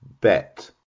bet